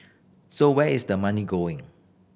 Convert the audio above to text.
so where is the money going